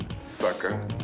sucker